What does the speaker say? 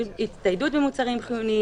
הצטיידות במוצרים חיוניים,